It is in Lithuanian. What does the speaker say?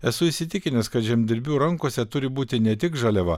esu įsitikinęs kad žemdirbių rankose turi būti ne tik žaliava